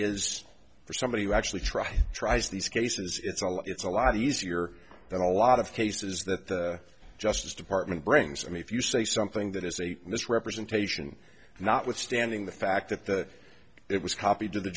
is for somebody who actually tried tries these cases it's all it's a lot easier than a lot of cases that the justice department brings i mean if you say something that is a misrepresentation notwithstanding the fact that it was copied to the